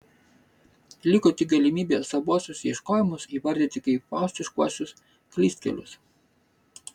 liko tik galimybė savuosius ieškojimus įvardyti kaip faustiškuosius klystkelius